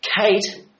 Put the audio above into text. Kate